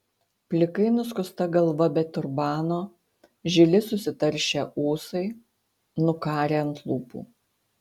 plikai nuskusta galva be turbano žili susitaršę ūsai nukarę ant lūpų